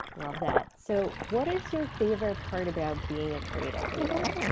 love that. so what is your favorite part about being a creative leader?